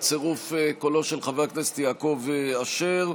בצירוף קולו של חבר הכנסת יעקב אשר,